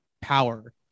power